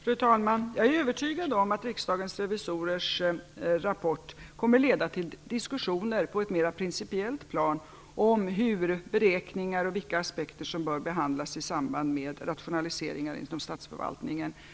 Fru talman! Jag är övertygad om att Riksdagens revisorers rapport kommer att leda till diskussioner på ett mer principiellt plan om hur beräkningar skall behandlas och vilka aspekter som bör behandlas i samband med rationaliseringar inom statsförvaltningen.